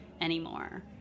anymore